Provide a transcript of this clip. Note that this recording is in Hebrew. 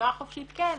בחירה חופשית כן,